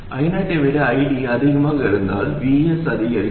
I0 I விட ID அதிகமாக இருந்தால் Vs அதிகரிக்கும்